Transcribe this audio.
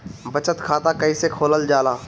बचत खाता कइसे खोलल जाला?